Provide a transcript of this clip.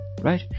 right